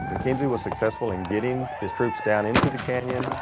mackenzie was successful in getting his troops down into the canyon,